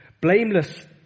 blameless